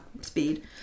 speed